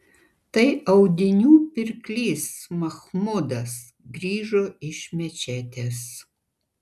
tai audinių pirklys machmudas grįžo iš mečetės